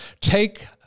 take